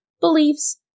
beliefs